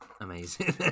Amazing